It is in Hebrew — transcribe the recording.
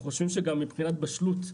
אנחנו חושבים שגם מבחינת הבשלות,